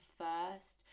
first